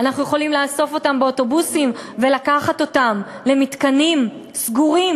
אנחנו יכולים לאסוף אותם באוטובוסים ולקחת אותם למתקנים סגורים,